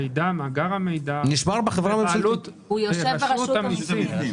מאגר המידע נמצא ברשות המיסים.